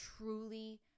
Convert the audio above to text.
truly